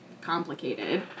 complicated